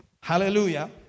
Hallelujah